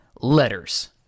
Letters